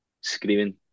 screaming